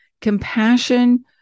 Compassion